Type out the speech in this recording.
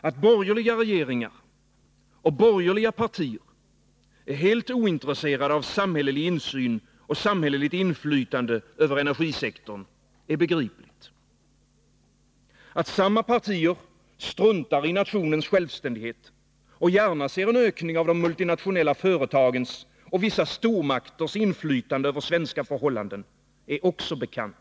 Att borgerliga regeringar och borgerliga partier är helt ointresserade av samhällelig insyn och samhälleligt inflytande över energisektorn är begripligt. Att samma partier struntar i nationens självständighet och gärna ser en ökning av de multinationella företagens och vissa stormakters inflytande över svenska förhållanden är också bekant.